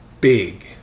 big